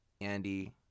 Andy